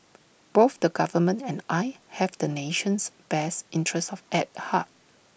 both the government and I have the nation's best interest of at heart